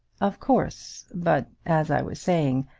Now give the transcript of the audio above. of course but, as i was saying,